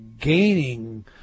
gaining